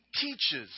teaches